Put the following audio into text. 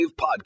Podcast